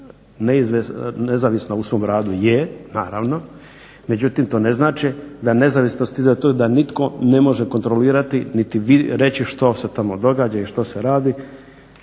nezavisna u svom radu je naravno, međutim to ne znači da nezavisnost ide od tud da nitko ne može kontrolirati niti reći što se tamo događa i što se radi,